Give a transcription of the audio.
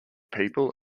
people